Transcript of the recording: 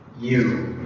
you.